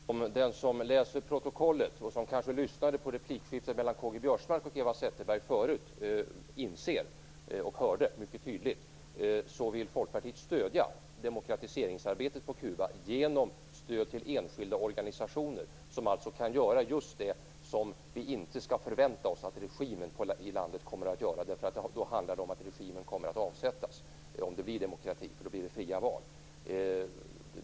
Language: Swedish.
Fru talman! Som den som läser protokollet inser, och som den som lyssnade på replikskiftet mellan Karl-Göran Biörsmark och Eva Zetterberg förut mycket tydligt hörde, vill Folkpartiet stödja demokratiseringsarbetet på Kuba genom stöd till enskilda organisationer. Dessa kan göra just det som vi inte kan förvänta oss att regimen i landet kommer att göra, eftersom det då handlar om att den kommer att avsättas - om det blir demokrati blir det ju fria val.